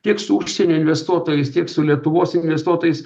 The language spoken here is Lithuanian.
tiek su užsienio investuotojais tiek su lietuvos investuotojais